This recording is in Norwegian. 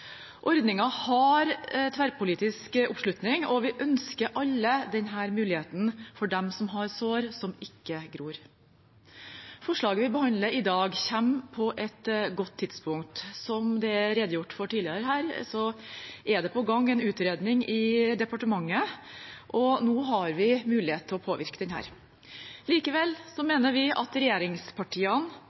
Ordningen har tverrpolitisk oppslutning, og vi ønsker alle denne muligheten for dem som har sår som ikke gror. Forslaget vi behandler i dag, kommer på et godt tidspunkt. Som det er redegjort for tidligere her, er det på gang en utredning i departementet. Nå har vi mulighet til å påvirke den. Likevel mener vi i regjeringspartiene at